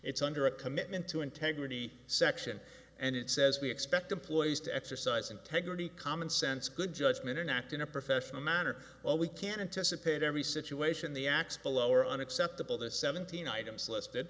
it's under a commitment to integrity section and it says we expect employees to exercise integrity common sense good judgment an act in a professional manner well we can't anticipate every situation the x below are unacceptable the seventeen items listed